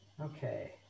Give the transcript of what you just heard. Okay